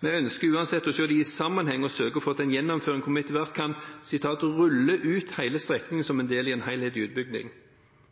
«men vi ønsker uansett å se disse i sammenheng og søker å få til en gjennomføring hvor vi etterhvert kan «rulle ut» hele strekningen som del i en helhetlig utbygging.